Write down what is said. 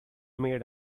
made